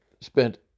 spent